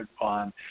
on